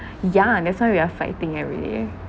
yeah that's why we are fighting every day